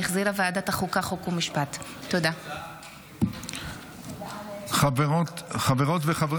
אושרה בקריאה הראשונה ותחזור